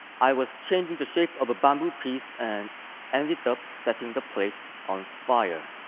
i was changing the shape of a bamboo piece and ended up setting the place on fire.